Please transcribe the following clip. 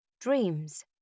Dreams